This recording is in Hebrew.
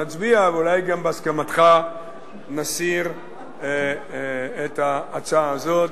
נצביע ואולי גם בהסכמתך נסיר את ההצעה הזאת.